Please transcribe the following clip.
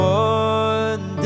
one